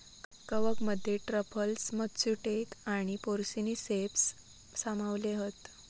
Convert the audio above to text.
कवकमध्ये truffles, matsutake आणि porcini ceps सामावले हत